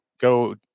go